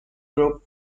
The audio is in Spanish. group